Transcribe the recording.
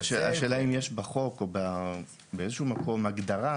השאלה אם יש בחוק או באיזשהו מקום הגדרה